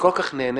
אדבר